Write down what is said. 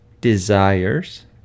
desires